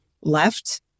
left